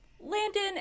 Landon